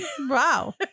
Wow